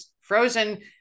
frozen